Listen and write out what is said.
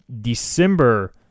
December